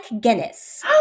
Guinness